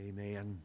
Amen